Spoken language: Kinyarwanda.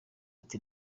ati